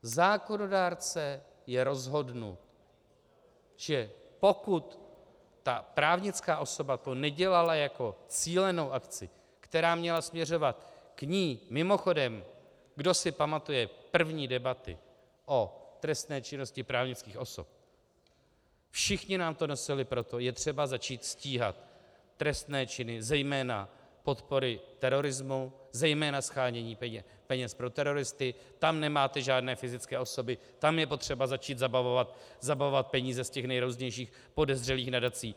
Zákonodárce je rozhodnut, že pokud ta právnická osoba to nedělala jako cílenou akci, která měla směřovat k ní mimochodem, kdo si pamatuje první debaty o trestné činnosti právnických osob, všichni nám to nosili, proto je třeba začít stíhat trestné činy, zejména podpory terorismu, zejména shánění peněz pro teroristy, tam nemáte žádné fyzické osoby, tam je potřeba začít zabavovat peníze z těch nejrůznějších podezřelých nadací.